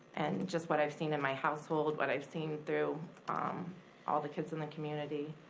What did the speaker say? and just what i've seen in my household, what i've seen through um all the kids in the community.